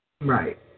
right